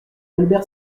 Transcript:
albert